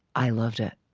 i loved it.